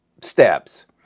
steps